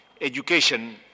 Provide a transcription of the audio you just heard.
Education